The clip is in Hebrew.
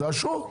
תאשרו.